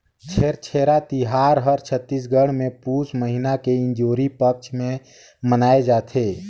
छेरछेरा तिहार हर छत्तीसगढ़ मे पुस महिना के इंजोरी पक्छ मे मनाए जथे